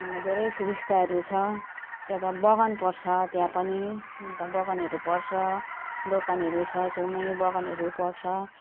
अन्त धेरै सुविस्ताहरू छ त्यता बगान पर्छ त्यहाँ पनि अन्त बगानहरू पर्छ दोकानहरू छ छेउमै बगानहरू पर्छ